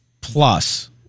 plus